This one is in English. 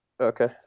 Okay